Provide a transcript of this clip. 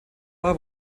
war